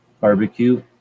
Barbecue